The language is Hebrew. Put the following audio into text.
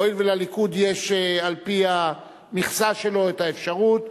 הואיל ולליכוד יש על-פי המכסה שלו את האפשרות,